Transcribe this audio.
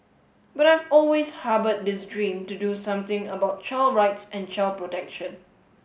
but I've always harboured this dream to do something about child rights and child protection